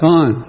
on